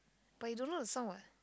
but you don't know the song what